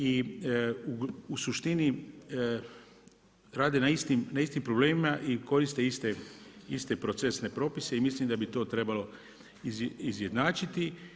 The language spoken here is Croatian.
I u suštini rade na istim problemima i koriste iste procesne propise i mislim da bi to trebalo izjednačiti.